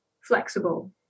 flexible